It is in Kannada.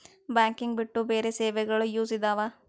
ಬ್ಯಾಂಕಿಂಗ್ ಬಿಟ್ಟು ಬೇರೆ ಸೇವೆಗಳು ಯೂಸ್ ಇದಾವ?